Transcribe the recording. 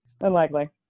Unlikely